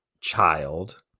child